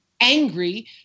angry